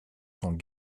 sont